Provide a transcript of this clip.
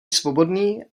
svobodný